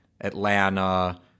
Atlanta